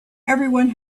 everyone